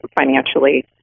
financially